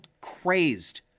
crazed